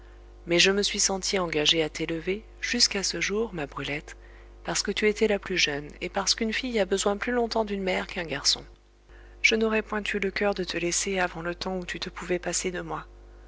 mais je me suis sentie engagée à t'élever jusqu'à ce jour ma brulette parce que tu étais la plus jeune et parce qu'une fille a besoin plus longtemps d'une mère qu'un garçon je n'aurais point eu le coeur de te laisser avant le temps où tu te pouvais passer de moi